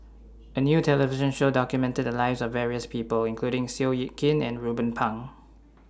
A New television Show documented The Lives of various People including Seow Yit Kin and Ruben Pang